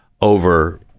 over